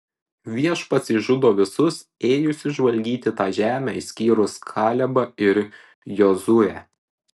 viešpats išžudo visus ėjusius žvalgyti tą žemę išskyrus kalebą ir jozuę